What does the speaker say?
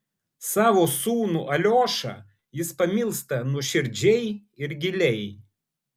savo sūnų aliošą jis pamilsta nuoširdžiai ir giliai